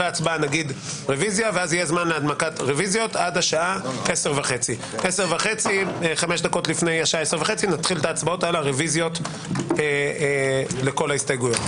נגיד רביזיה ואז יהיה זמן להנמקת רביזיות עד 10:30. אז נתחיל את ההצבעות על הרביזיות לכל ההסתייגויות.